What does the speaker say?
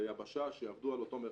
ויבשה שיעבדו על אותו מרחב,